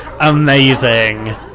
amazing